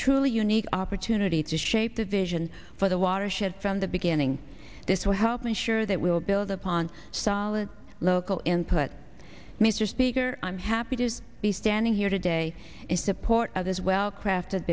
truly unique opportunity to shape the vision for the watershed from the beginning this will help ensure that we will build upon solid local input mr speaker i'm happy to be standing here today is support of this well crafted